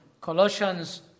Colossians